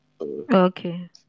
Okay